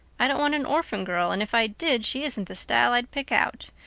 i don't want an orphan girl and if i did she isn't the style i'd pick out.